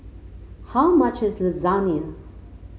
how much is Lasagne